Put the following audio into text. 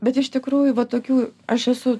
bet iš tikrųjų va tokių aš esu